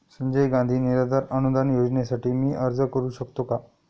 संजय गांधी निराधार अनुदान योजनेसाठी मी अर्ज करू शकतो का?